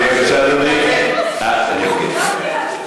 בבקשה, אדוני.